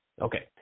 Okay